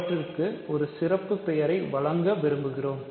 அவற்றிற்கு ஒரு சிறப்பு பெயரை வழங்க விரும்புகிறோம்